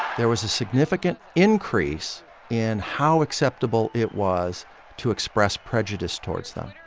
there was a significant increase in how acceptable it was to express prejudice towards them.